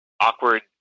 awkward